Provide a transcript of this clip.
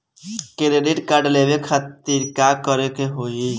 Credit card लेवे खातिर का करे के होई?